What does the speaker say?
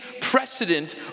precedent